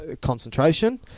concentration